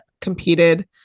competed